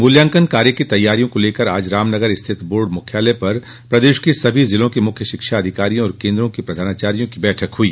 मूल्यांकन कार्य की तैयारियों को लेकर आज रामनगर स्थित बोर्ड मुख्यालय में प्रदेश के सभी जिलों के मुख्य शिक्षा अधिकारियों और केंद्रों के प्रधानाचायों की बैठक हुई